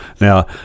now